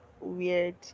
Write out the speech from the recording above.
weird